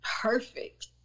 perfect